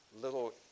little